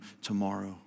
tomorrow